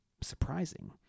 Surprising